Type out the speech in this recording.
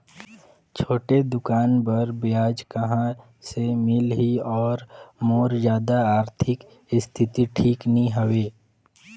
छोटे दुकान बर ब्याज कहा से मिल ही और मोर जादा आरथिक स्थिति ठीक नी हवे?